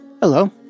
Hello